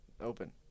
Open